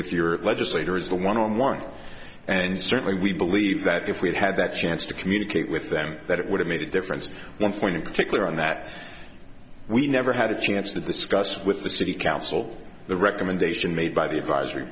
with your legislator is the one on one and certainly we believe that if we'd had that chance to communicate with them that it would have made a difference one point in particular and that we never had a chance to discuss with the city council the recommendation made by the advisory